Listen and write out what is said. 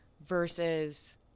versus